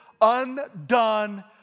undone